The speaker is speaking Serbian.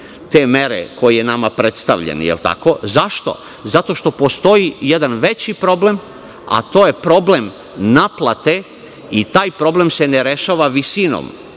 te mere koja je nama predstavljena. Zašto? Zato što postoji jedan veći problem, a to je problem naplate i taj problem se ne rešava visinom,